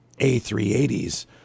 A380s